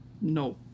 No